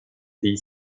fille